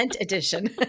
edition